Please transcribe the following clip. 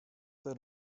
their